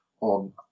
on